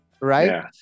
Right